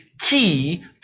Key